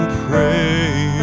pray